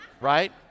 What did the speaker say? right